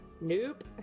Nope